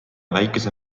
väikese